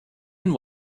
and